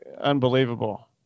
unbelievable